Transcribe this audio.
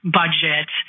budget